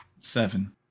Seven